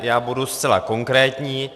Já budu zcela konkrétní.